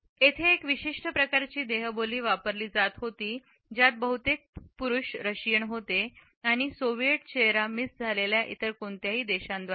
येथे एक विशिष्ट प्रकारची देहबोली वापरली जात होती ज्यात बहुतेक पुरुष रशियन होते आणि सोव्हिएट चेहरा मिस झालेल्या इतर कोणत्याही देशांद्वारे नाही